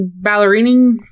ballerining